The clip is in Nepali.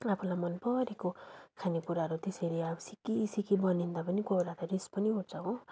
आफूलाई मन परेको खानेकुराहरू त्यसरी अब सिकी सिकी बनिँदा पनि कोही बेला त रिस पनि उठ्छ हो